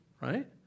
right